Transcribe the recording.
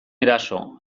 eraso